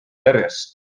järjest